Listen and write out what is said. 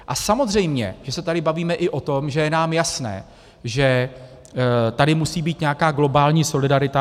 A samozřejmě že se tady bavíme i o tom, že je nám jasné, že tady musí být nějaká globální solidarita.